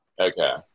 Okay